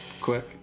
Quick